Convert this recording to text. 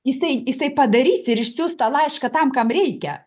jisai jisai padarys ir išsiųs tą laišką tam kam reikia